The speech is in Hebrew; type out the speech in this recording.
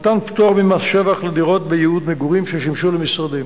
מתן פטור ממס שבח לדירות בייעוד מגורים ששימשו למשרדים.